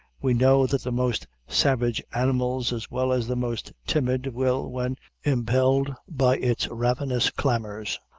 we know that the most savage animals as well as the most timid will, when impelled by its ravenous clamors,